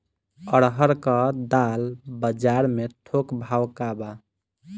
अरहर क दाल बजार में थोक भाव का बा?